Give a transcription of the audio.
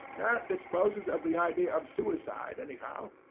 that disposes of the idea of suicide anyhow.